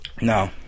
No